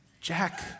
Jack